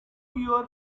your